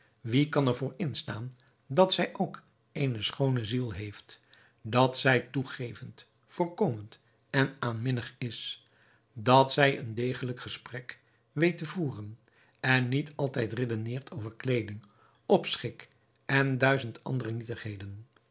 wie kan er voor instaan dat zij ook eene schoone ziel heeft dat zij toegevend voorkomend en aanminnig is dat zij een degelijk gesprek weet te voeren en niet altijd redeneert over kleeding opschik en duizend andere nietigheden